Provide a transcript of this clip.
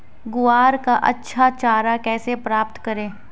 ग्वार का अच्छा चारा कैसे प्राप्त करें?